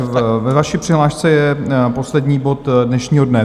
Ve vaší přihlášce je poslední bod dnešního dne.